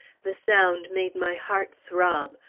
the sound made my heart throb.